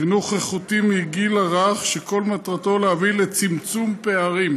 חינוך איכותי מהגיל הרך שכל מטרתו להביא לצמצום פערים,